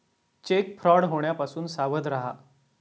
check fraud होण्यापासून सावध रहा